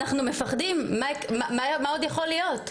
אנחנו מפחדים, מה עוד יכול להיות?